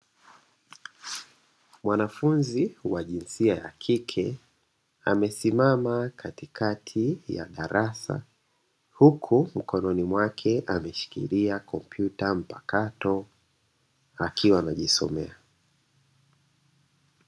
Mwanafunzi wa jinsia ya kike, amesimama katikati ya darasa huku mkononi mwake ameshikilia kompyuta mpakato akiwa anajisomea.